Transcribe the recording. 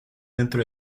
dentro